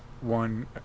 one